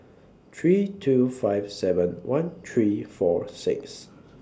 three two five seven one three four six